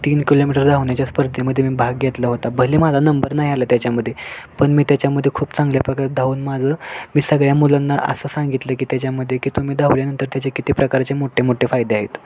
तीन किलोमीटर धावण्याच्या स्पर्धेमध्ये मी भाग घेतला होता भले माझा नंबर नाही आला त्याच्यामध्ये पण मी त्याच्यामध्ये खूप चांगल्या प्रकारे धावून माझं मी सगळ्या मुलांना असं सांगितलं की त्याच्यामध्ये की तुम्ही धावल्यानंतर त्याचे किती प्रकारचे मोठे मोठे फायदे आहेत